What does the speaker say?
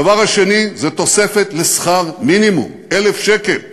הדבר השני זה תוספת לשכר מינימום, 1,000 שקל.